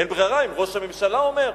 אין ברירה, אם ראש הממשלה אומר,